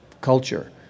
culture